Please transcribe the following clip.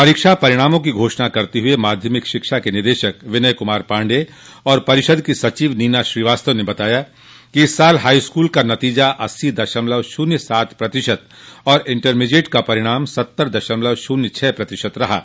परीक्षा परिणामों की घोषणा करते हुए माध्यमिक शिक्षा निदेशक विनय कुमार पाण्डेय और परिषद की सचिव नीना श्रीवास्तव ने बताया कि इस साल हाईस्कूल का नतीजा अस्सी दशमलव शून्य सात प्रतिशत और इंटरमीडिएट का परिणाम सत्तर दशमलव शून्य छह प्रतिशत रहा है